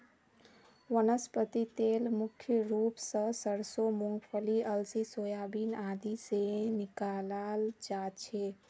वनस्पति तेल मुख्य रूप स सरसों मूंगफली अलसी सोयाबीन आदि से निकालाल जा छे